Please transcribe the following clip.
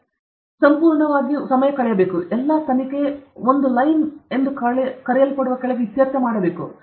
D ನಂತರ ನಿಮ್ಮ ಆರಂಭಿಕ ವರ್ಷಗಳಲ್ಲಿ ಪೂರ್ಣವಾಗಿ ಸಮಯ ಕಳೆಯಬೇಕು ಮತ್ತು ಎಲ್ಲಾ ತನಿಖೆ ಒಂದು ಲೈನ್ ಎಂದು ಕರೆಯಲ್ಪಡುವ ಕೆಳಗೆ ಇತ್ಯರ್ಥ ಮಾಡಬೇಕು